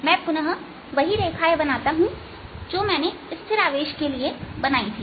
मैं पुनः वही रेखाएं बनाता हूंजो मैंने स्थिर आवेश के लिए बनाई थी